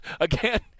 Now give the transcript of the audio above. Again